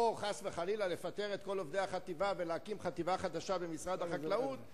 או חס וחלילה לפטר את כל עובדי החטיבה ולהקים חטיבה חדשה במשרד החקלאות,